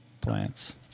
plants